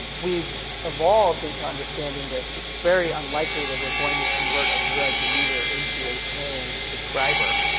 we've evolved into understanding that it's very unlikely that we're going to convert a drudge reader into a paying subscriber.